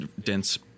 dense